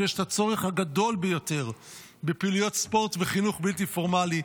כשיש את הצורך הגדול ביותר בפעילויות ספורט וחינוך בלתי פורמלי,